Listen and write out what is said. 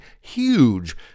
huge